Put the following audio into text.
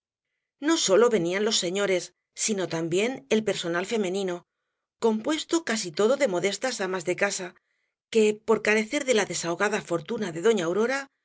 no sólo venían los señores sino también el personal femenino compuesto casi todo de modestas amas de casa que por carecer de la desahogada fortuna de doña aurora